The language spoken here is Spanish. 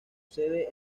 sede